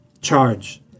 charge